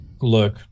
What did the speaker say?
look